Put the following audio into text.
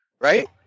Right